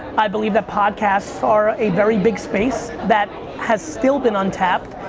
i believe that podcasts are a very big space that has still been untapped.